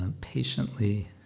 patiently